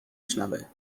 شنوه